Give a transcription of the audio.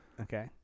okay